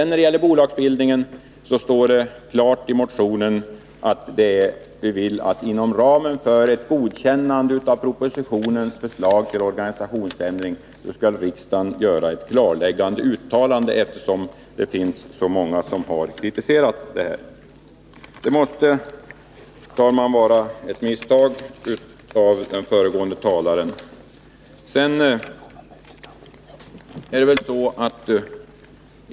När det gäller bolagsbildningen är det klart utsagt i motionen att inom ramen för ett godkännande av propositionens förslag till organisationsändring skall riksdagen göra ett klarläggande uttalande, eftersom det finns så många som har kritiserat bolagsbildningen. Herr talman! Den föregående talaren måste ha misstagit sig på denna punkt.